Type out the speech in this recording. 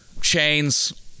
chains